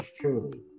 truly